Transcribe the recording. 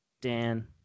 Dan